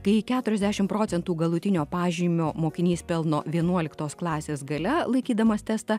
kai keturiasdešimt procentų galutinio pažymio mokinys pelno vienuoliktos klasės gale laikydamas testą